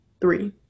three